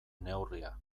neurria